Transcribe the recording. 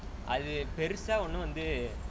அது பெருசா ஒன்னு வந்து:athu perusaa onnu vanthu